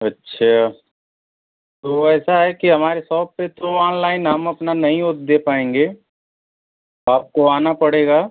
अच्छा तो ऐसा है कि हमारे सॉप पर तो ऑनलाइन हम अपना नहीं वह दे पाएँगे आपको आना पड़ेगा